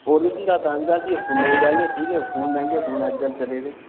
होर किश निं होंदा कम्म ते अस फोनै ई गल्ल ठीक ऐ फोन मैंह्गे फोन अजकल चले दे ते